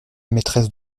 maîtresse